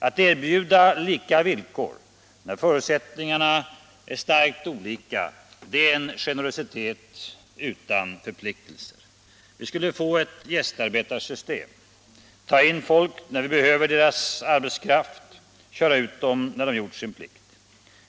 Att erbjuda lika villkor, när förutsättningarna är så olika, är en generositet utan förpliktelser. Vi skulle få ett gästarbetarsystem — ta in människor när vi behöver deras arbetskraft och köra ut dem när de gjort sin plikt.